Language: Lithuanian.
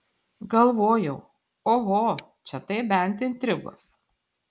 galvojau oho čia tai bent intrigos